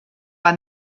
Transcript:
war